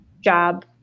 job